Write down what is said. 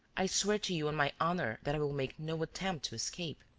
i swear to you on my honour that i will make no attempt to escape.